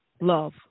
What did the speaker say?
Love